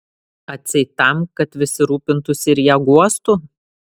atseit tam kad visi rūpintųsi ir ją guostų